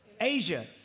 Asia